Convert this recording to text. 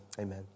Amen